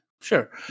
Sure